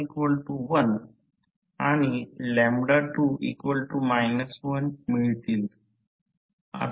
येथे जेव्हा प्राथमिक आणि माध्यमिक येथे येतात तेव्हा येथे नाही